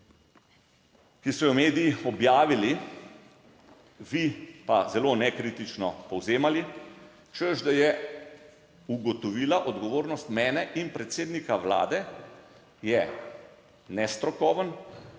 ki so jo mediji objavili, vi pa zelo nekritično povzemali, češ da je ugotovila odgovornost mene in predsednika Vlade, je nestrokoven,